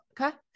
okay